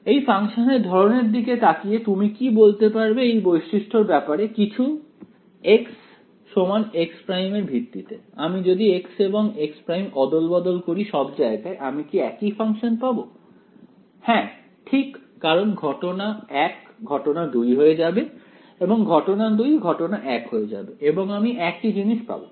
এই ফাংশনের ধরনের দিকে তাকিয়ে তুমি কি বলতে পারবে এর বৈশিষ্ট্যের ব্যাপারে কিছু x x′ এর ভিত্তিতে আমি যদি x এবং x' অদল বদল করি সব জায়গায় আমি কি একই ফাংশন পাবো হ্যাঁ ঠিক কারণ ঘটনা 1 ঘটনা 2 হয়ে যাবে এবং ঘটনা 2 ঘটনা 1 হয়ে যাবে এবং আমি একই জিনিস পাবো